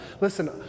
Listen